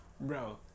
bro